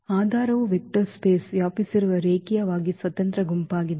ಆಧಾರವು ವೆಕ್ಟರ್ ಸ್ಪೇಸ್ವನ್ನು ವ್ಯಾಪಿಸಿರುವ ರೇಖೀಯವಾಗಿ ಸ್ವತಂತ್ರ ಗುಂಪಾಗಿದೆ